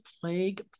Plague